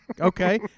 Okay